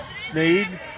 Sneed